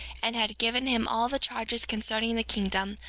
and had given him all the charges concerning the kingdom,